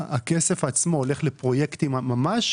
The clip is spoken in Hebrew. הכסף עצמו הולך לפרויקטים ממש?